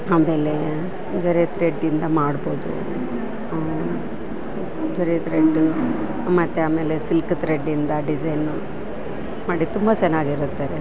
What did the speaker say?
ಆಮೇಲೆ ಜರಿ ತ್ರೆಡ್ಡಿಂದ ಮಾಡ್ಬೌದು ಜರಿ ತ್ರೆಡ್ ಮತ್ತು ಆಮೇಲೆ ಸಿಲ್ಕ್ ತ್ರೆಡ್ಡಿಂದ ಡಿಸೈನು ಮಾಡಿ ತುಂಬ ಚೆನ್ನಾಗಿರತ್ತೆ